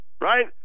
right